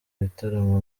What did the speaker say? ibitaramo